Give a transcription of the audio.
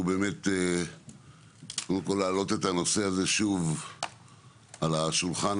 הוא באמת קודם כל להעלות את הנושא הזה שוב על השולחן,